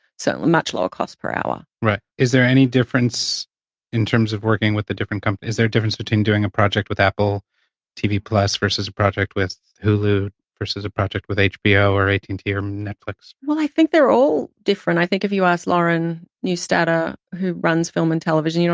certainly much lower cost per hour. right. is there any difference in terms of working with the different, kind of is there a difference between doing a project with apple tv plus versus a project with hulu versus a project with hbo or at and t or netflix? well, i think they're all different. i think if you ask lauren neustadter, who runs film and television, you know